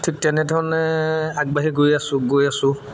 ঠিক তেনেধৰণে আগবাঢ়ি গৈ আছোঁ গৈ আছোঁ